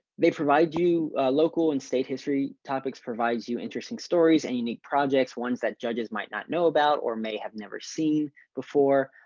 they provide you local and state history topics provides you interesting stories and unique projects ones that judges might not know about or may have never seen before.